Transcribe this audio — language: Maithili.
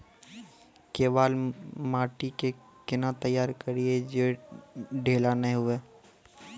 केवाल माटी के कैना तैयारी करिए जे ढेला नैय हुए?